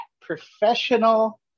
professional